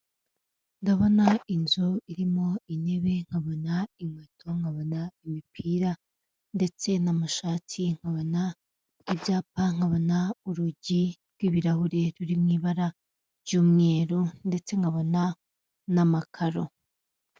Ndabona inzu irimo intebe, nkabona inkweto, nkabona imipira ndetse n'amashati, nkabona ibyapa, nkabona urugi rw'ibirahure ruri mu ibara ry'umweru, ndetse nkabona n'amakaro.